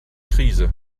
krise